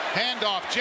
handoff